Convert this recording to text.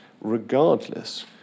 regardless